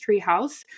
Treehouse